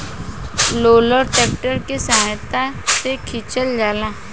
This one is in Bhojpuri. रोलर ट्रैक्टर के सहायता से खिचल जाला